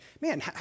man